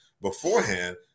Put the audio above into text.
beforehand